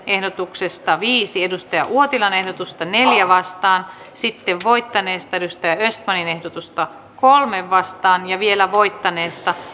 ehdotuksesta viisi ehdotusta neljään vastaan sitten voittaneesta ehdotusta kolmeen vastaan sitten voittaneesta